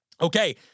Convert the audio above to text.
Okay